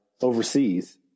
overseas